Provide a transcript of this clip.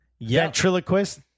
ventriloquist